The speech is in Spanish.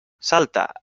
salta